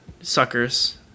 suckers